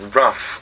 rough